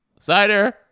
Cider